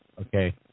Okay